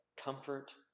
comfort